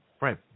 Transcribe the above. Right